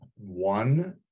One